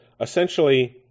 Essentially